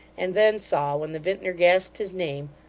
and then saw, when the vintner gasped his name,